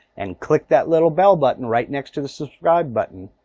and click that little bell button right next to the subscribe button.